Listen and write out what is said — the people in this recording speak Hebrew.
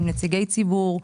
עם נציגי ציבור,